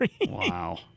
wow